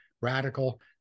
radical